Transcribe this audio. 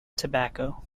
tobacco